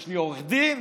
יש לי עורך דין?